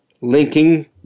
linking